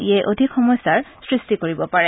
ইয়ে অধিক সমস্যাৰ সৃষ্টি কৰিব পাৰে